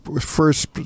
first